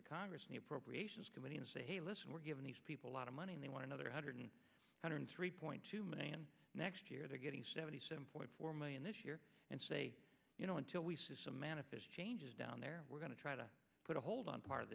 the congress knew procreation committee and say hey listen we're giving these people lot of money and they want another hundred hundred three point two million next year they're getting seventy seven point four million this year and say you know until we see some manifest changes down there we're going to try to put a hold on part of